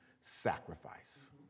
sacrifice